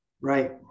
Right